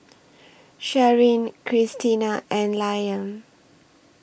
Sharyn Krystina and Liam